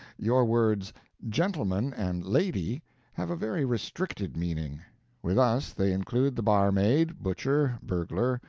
your words gentleman and lady have a very restricted meaning with us they include the barmaid, butcher, burglar,